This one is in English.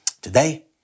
Today